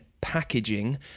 packaging